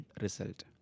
result